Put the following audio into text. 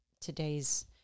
today's